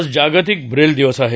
आज जागतिक ब्रेल दिवस आहे